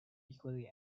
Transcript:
equally